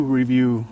review